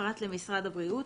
פרט למשרד הבריאות,